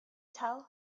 tell